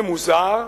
זה מוזר,